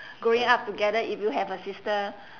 growing up together if you have a sister